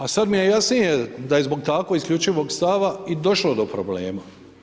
A sad mi je jasnije da je zbog tako isključivog stava i došlo do problema.